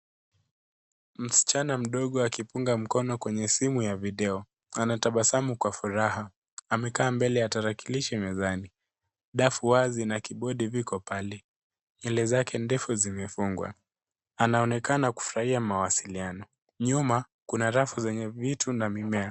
Msichana mdogo akipunga mkono kwenye simu ya video. Anatabasamu kwa furaha. Amekaa mbele ya tarakilishi mezani. Dafu wazi na kibodi viko pale. Nywele zake ndefu zimefungwa. Anaonekana kufurahia mawasiliano. Nyuma kuna rafu zenye vitu na mimea.